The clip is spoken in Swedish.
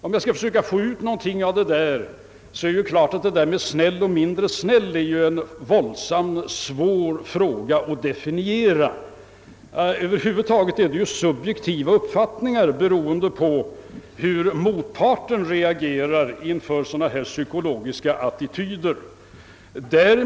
Om jag försöker få ut något av det talet, så vill jag säga att frågan om att vara snäll och mindre snäll ju är beroende av subjektiva uppfattningar och på hur motparten reagerar på sådana psykologiska attityder.